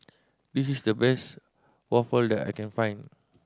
this is the best waffle that I can find